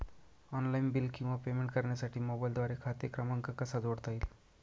Online bill किंवा payment करण्यासाठी मोबाईलद्वारे खाते क्रमांक कसा जोडता येईल?